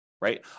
right